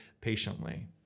patiently